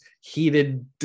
heated